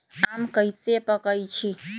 आम कईसे पकईछी?